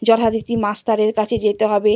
যথারীতি মাস্টারের কাছে যেতে হবে